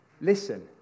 Listen